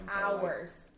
hours